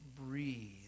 breathe